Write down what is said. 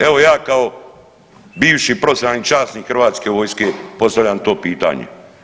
Evo ja kao bivši profesionalni časnik Hrvatske vojske postavljam to pitanje?